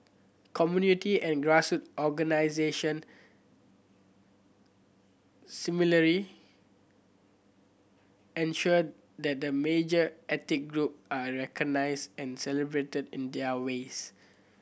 community and grass organisation similarly ensure that the major ethnic group are recognised and celebrated in their ways